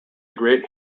great